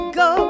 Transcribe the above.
go